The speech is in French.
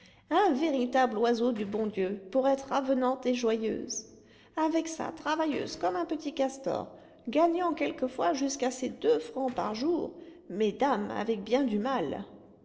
un véritable oiseau du bon dieu pour être avenante et joyeuse avec ça travailleuse comme un petit castor gagnant quelquefois jusqu'à ses deux francs par jour mais dame avec bien du mal